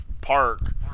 park